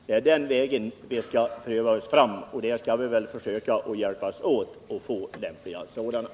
Det är på den vägen vi skall pröva oss fram, och vi skall väl försöka hjälpas åt att få fram sådana lämpliga åtgärder.